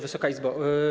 Wysoka Izbo!